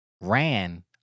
ran